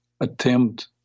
attempt